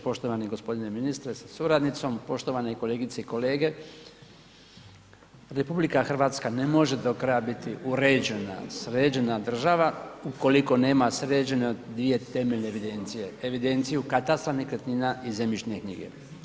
Poštovani gospodine ministre sa suradnicom, poštovane kolegice i kolege, RH ne može do kraja biti uređena, sređena država ukoliko nema sređene dvije temeljne evidencije, evidenciju katastra nekretnina i zemljišne knjige.